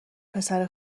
پسر